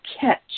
catch